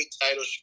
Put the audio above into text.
title